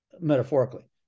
metaphorically